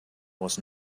was